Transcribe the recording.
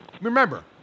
remember